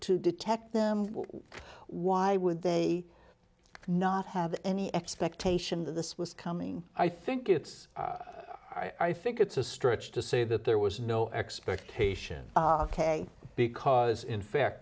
to detect them why would they not have any expectation that this was coming i think it's i think it's a stretch to say that there was no expectation because in fact